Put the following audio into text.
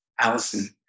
Allison